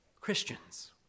Christians